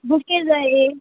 bouquet जाय